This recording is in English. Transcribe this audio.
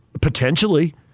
Potentially